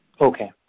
Okay